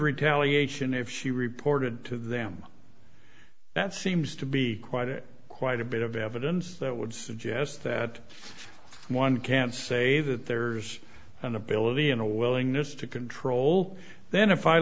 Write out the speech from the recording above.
retaliation if she reported to them that seems to be quite a quite a bit of evidence that would suggest that one can say that there's an ability and a willingness to control then if i